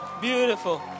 beautiful